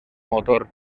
motor